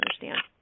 understand